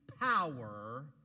power